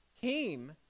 came